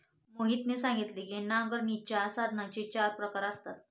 मोहितने सांगितले की नांगरणीच्या साधनांचे चार प्रकार असतात